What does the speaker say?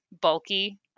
bulky